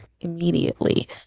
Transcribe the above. immediately